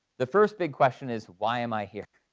the first big question is, why am i here?